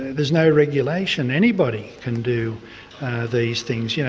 there's no regulation. anybody can do these things. yeah